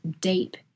deep